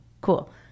cool